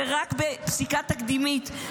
ורק בפסיקה תקדימית,